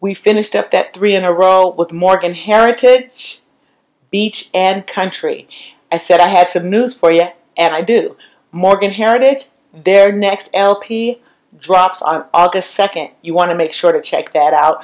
we finished up that three in a row with morgan heritage beach and country i said i had to news for you and i did morgan heritage their next lp drops on august nd you want to make sure to check that out